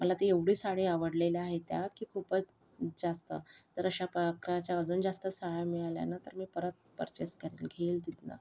मला तर एवढी साडी आवडलेल्या आहेत त्या की खूपच जास्त तर अशा प्रकारच्या अजून जास्त साड्या मिळाल्या ना तर मी परत पर्चेस करेल घेईल तिथनं